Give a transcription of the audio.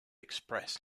express